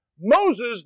Moses